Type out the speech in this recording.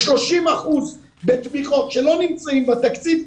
30% מתמיכות שלא נמצאות בתקציב,